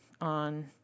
on